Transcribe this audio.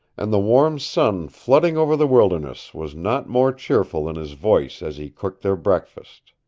and the warm sun flooding over the wilderness was not more cheerful than his voice as he cooked their breakfast.